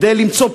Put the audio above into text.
כדי למצוא